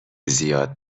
زیاد